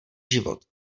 život